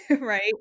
right